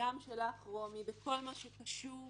וגם שלך ר', בכל מה שקשור